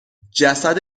جسد